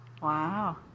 Wow